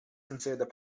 considered